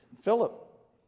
Philip